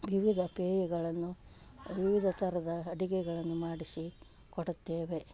ವಿವಿಧ ಪೇಯಗಳನ್ನು ವಿವಿಧ ಥರದ ಅಡುಗೆಗಳನ್ನು ಮಾಡಿಸಿಕೊಡುತ್ತೇವೆ